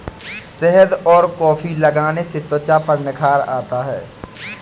शहद और कॉफी लगाने से त्वचा पर निखार आता है